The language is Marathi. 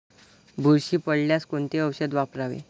बुरशी पडल्यास कोणते औषध वापरावे?